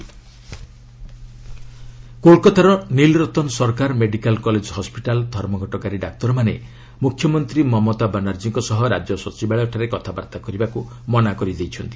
West Bengal doctors କୋଲକତାର ନିଲ୍ରତନ୍ ସରକାର medical college ହସ୍ୱିଟାଲର ଧର୍ମଘଟକାରୀ ଡାକ୍ତରମାନେ ମୁଖ୍ୟମନ୍ତ୍ରୀ ମମତା ବାନାର୍ଜୀଙ୍କ ସହ ରାଜ୍ୟ ସଚିବାଳୟ ଠାରେ କଥାବାର୍ତ୍ତା କରିବାକୁ ମନା କରିଦେଇଛନ୍ତି